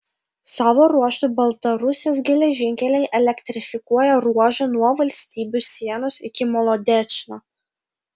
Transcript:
savo ruožtu baltarusijos geležinkeliai elektrifikuoja ruožą nuo valstybių sienos iki molodečno